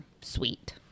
sweet